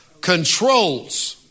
controls